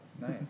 Nice